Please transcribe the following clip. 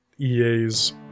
EA's